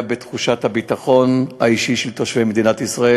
בתחושת הביטחון האישי של תושבי מדינת ישראל,